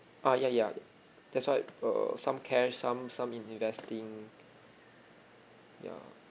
ah ya ya that's why err some cash some some in investing yeah